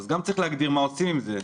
גם צריך להגדיר מה עושים עם זה,